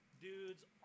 dudes